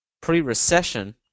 pre-recession